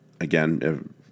again